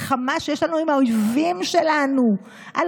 לא על חשבון המלחמה שיש לנו עם האויבים שלנו על